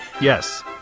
Yes